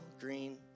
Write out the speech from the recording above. green